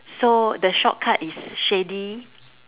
so the shortcut is shady